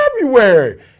February